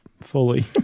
fully